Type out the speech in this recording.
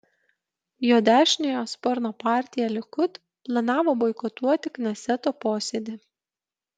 jo dešiniojo sparno partija likud planavo boikotuoti kneseto posėdį